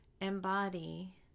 embody